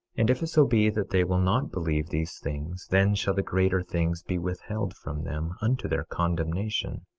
and if it so be that they will not believe these things, then shall the greater things be withheld from them, unto their condemnation.